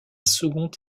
second